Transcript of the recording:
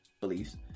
beliefs